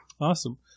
Awesome